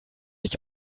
ich